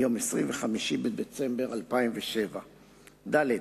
מיום 25 בדצמבר 2007, ד.